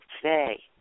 today